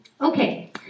Okay